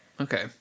Okay